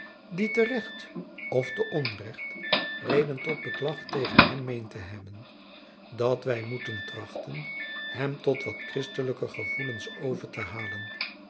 die te recht of te onrecht reden tot beklag tegen hem meent te hebben dat wy moeten trachten hem tot wat kristelijker gevoelens over te halen